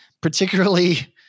particularly